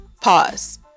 pause